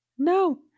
No